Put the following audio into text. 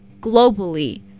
globally